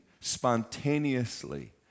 spontaneously